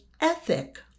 ethic